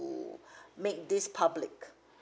make this public